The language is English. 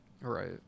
Right